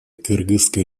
кыргызской